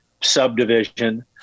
subdivision